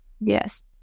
yes